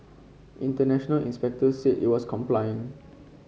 international inspectors said it was complying